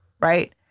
right